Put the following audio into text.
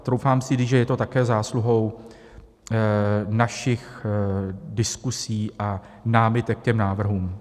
Troufám si říct, že je to také zásluhou našich diskuzí a námitek k těm návrhům.